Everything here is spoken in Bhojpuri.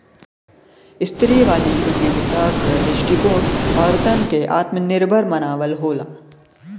स्त्रीवादी उद्यमिता क दृष्टिकोण औरतन के आत्मनिर्भर बनावल होला